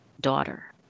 daughter